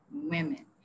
women